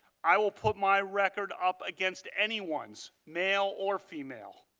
i will put my record up against anyone's male or female.